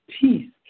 peace